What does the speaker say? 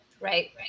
Right